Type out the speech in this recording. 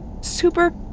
Super